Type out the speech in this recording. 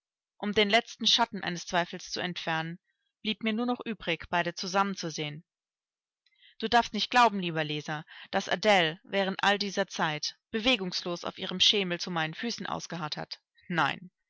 um den letzten schatten eines zweifels zu entfernen blieb mir nur noch übrig beide zusammen zu sehen du darfst nicht glauben lieber leser daß adele während all dieser zeit bewegungslos auf ihrem schemel zu meinen füßen ausgeharrt hat nein